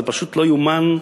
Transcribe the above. זה פשוט לא ייאמן,